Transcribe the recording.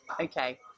okay